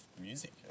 music